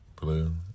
blue